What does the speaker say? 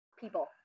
People